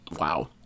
wow